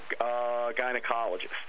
gynecologist